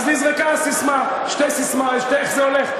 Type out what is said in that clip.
אז נזרקה הססמה, איך זה הולך?